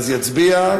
אז יצביע.